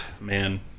man